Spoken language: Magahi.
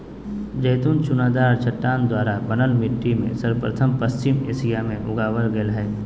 जैतून चुनादार चट्टान द्वारा बनल मिट्टी में सर्वप्रथम पश्चिम एशिया मे उगावल गेल हल